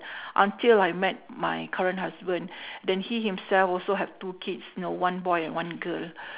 until I met my current husband then he himself also have two kids you know one boy and one girl